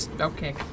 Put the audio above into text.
Okay